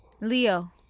Leo